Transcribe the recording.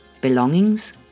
belongings